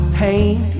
pain